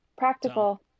Practical